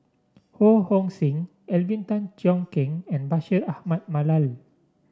Ho Hong Sing Alvin Tan Cheong Kheng and Bashir Ahmad Mallal